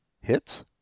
hits